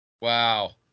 Wow